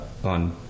On